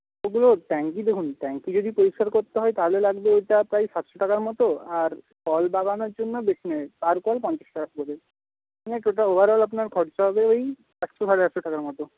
ওগুলো ট্যাঙ্ক দেখুন ট্যাঙ্ক যদি পরিষ্কার করতে হয় তাহলে লাগবে ওটা প্রায় সাতশো টাকার মতো আর কল বাগানোর জন্য বেশি নয় পার কল পঞ্চাশ টাকা করে মানে টোটাল ওভারঅল আপনার খরচা হবে ওই আটশো সাড়ে আটশো টাকার মতো